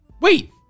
Wait